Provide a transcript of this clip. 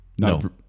No